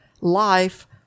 life